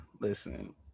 listen